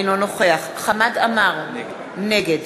אינו נוכח חמד עמאר, נגד